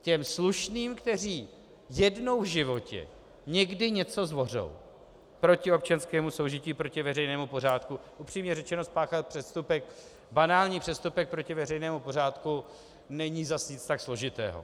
Těm slušným, kteří jednou v životě někdy něco zvořou proti občanskému soužití, proti veřejnému pořádku upřímně řečeno, spáchat přestupek, banální přestupek proti veřejnému pořádku není nic tak složitého.